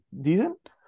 decent